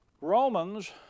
Romans